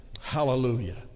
Hallelujah